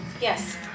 Yes